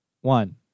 One